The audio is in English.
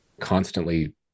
constantly